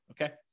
okay